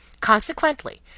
Consequently